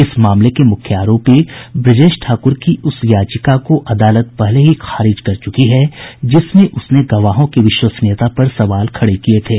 इस मामले के मुख्य आरोपी ब्रजेश ठाकुर की उस याचिका को अदालत पहले ही खारिज कर चुकी है जिसमें उसने गवाहों की विश्वसनीयता पर सवाल खड़े किये थे